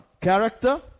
Character